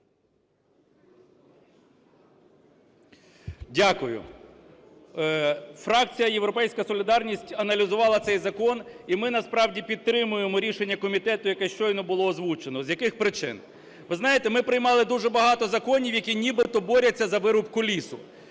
Дякую. Фракція "Європейська солідарність" аналізувала цей закон, і ми насправді підтримуємо рішення комітету, яке щойно було озвучено. З яких причин? Ви знаєте, ми приймали дуже багато законів, які нібито борються за вирубку лісу.